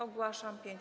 Ogłaszam 5-